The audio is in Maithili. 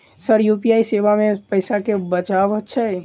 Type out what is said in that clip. सर यु.पी.आई सेवा मे पैसा केँ बचाब छैय?